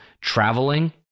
Traveling